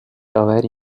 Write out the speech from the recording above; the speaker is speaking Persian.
آوری